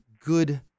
good